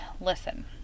listen